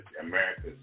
America's